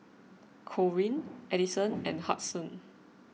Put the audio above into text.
Corene Adison and Hudson